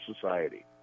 Society